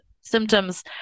symptoms